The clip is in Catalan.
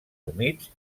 humits